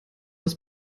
das